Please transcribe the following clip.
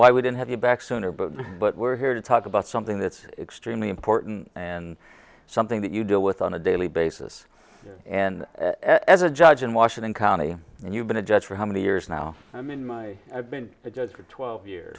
wouldn't have you back sooner but but we're here to talk about something that's extremely important and something that you deal with on a daily basis and as a judge in washington county and you've been a judge for how many years now i mean my i've been a judge for twelve years